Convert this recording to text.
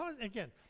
again